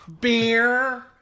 Beer